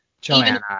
Joanna